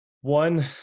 one